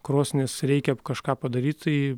krosnis reikia kažką padaryt tai